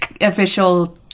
official